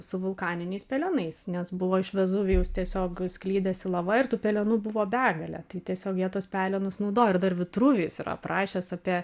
su vulkaniniais pelenais nes buvo iš vezuvijaus tiesiog skleidėsi lava ir tų pelenų buvo begalė tai tiesiog jie tuos pelenus naudojo ir dar vitruvijus yra aprašęs apie